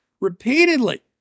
repeatedly